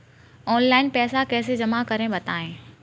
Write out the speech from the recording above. Online पैसा कैसे जमा करें बताएँ?